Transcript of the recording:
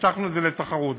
ופתחנו את זה לתחרות.